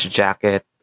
jacket